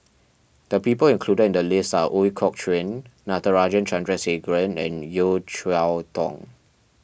the people included in the list are Ooi Kok Chuen Natarajan Chandrasekaran and Yeo Cheow Tong